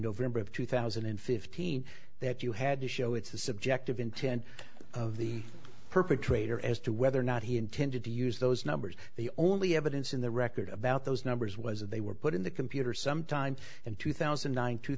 november of two thousand and fifteen that you had to show it's the subjective intent of the perpetrator as to whether or not he intended to use those numbers the only evidence in the record about those numbers was that they were put in the computer sometime in two thousand and nine two